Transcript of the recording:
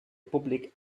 públic